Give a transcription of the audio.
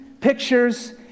pictures